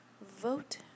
Vote